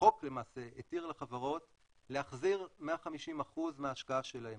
החוק למעשה התיר לחברות להחזיר 150% מההשקעה שלהם,